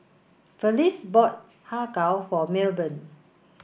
Felice bought Har Kow for Milburn